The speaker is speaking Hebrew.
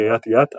קריית גת,